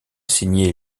signé